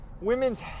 women's